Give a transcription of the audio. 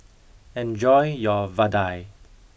enjoy your vadai